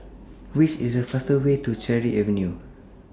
Which IS The fastest Way to Cherry Avenue